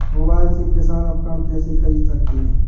Mobile से किसान उपकरण कैसे ख़रीद सकते है?